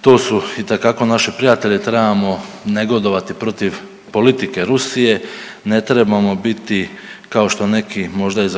to su itekako naši prijatelji, trebamo negodovati protiv politike Rusije, ne trebamo biti kao što neki možda i